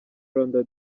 rwanda